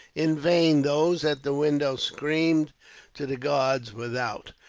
in vain, those at the window screamed to the guards without,